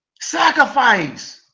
Sacrifice